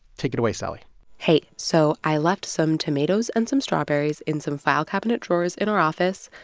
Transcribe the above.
take it away, sally hey. so i left some tomatoes and some strawberries in some file cabinet drawers in our office,